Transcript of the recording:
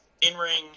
in-ring